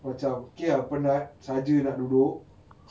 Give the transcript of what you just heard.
K ah penat saje nak duduk